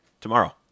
tomorrow